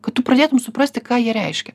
kad tu pradėtum suprasti ką jie reiškia